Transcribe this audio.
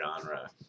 genre